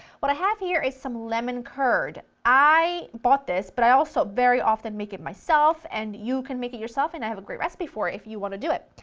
what i have here is some lemon curd. i bought this but i also very often make it myself, and you can make it yourself and i have a great recipe for it if you want to do it.